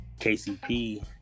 KCP